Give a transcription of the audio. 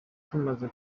tumaze